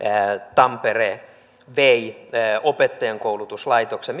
tampere vei opettajankoulutuslaitoksen